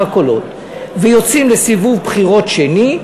הקולות ויוצאים לסיבוב בחירות שני,